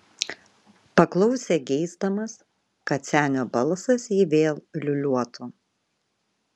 paklausė geisdamas kad senio balsas jį vėl liūliuotų